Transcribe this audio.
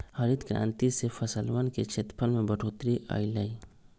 हरित क्रांति से फसलवन के क्षेत्रफल में बढ़ोतरी अई लय